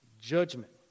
judgment